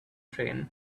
train